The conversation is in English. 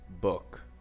book